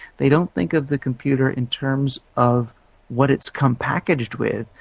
they don't think of the computer in terms of what it's come packaged with,